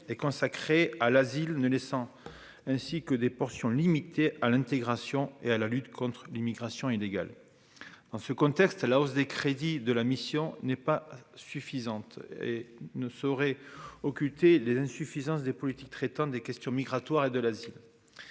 est consacré à l'asile ne laissant ainsi que des portions, limitées à l'intégration et à la lutte contre l'immigration illégale dans ce contexte, la hausse des crédits de la mission n'est pas suffisante et ne saurait occulter les insuffisances des politiques traitant des questions migratoires et de l'Asie,